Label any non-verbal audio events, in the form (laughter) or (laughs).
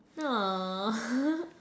!aww! (laughs)